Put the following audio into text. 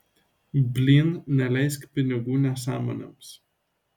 blyn neleisk pinigų nesąmonėms